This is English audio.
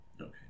Okay